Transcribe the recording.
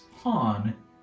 pawn